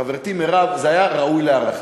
חברתי מירב, זה היה ראוי להערכה.